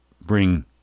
bring-